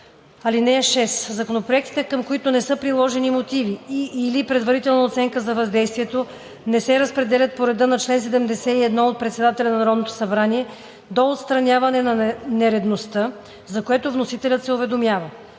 (6) Законопроектите, към които не са приложени мотиви и/или предварителна оценка на въздействието, не се разпределят по реда на чл. 71 от председателя на Народното събрание до отстраняване на нередовността, за което вносителят се уведомява.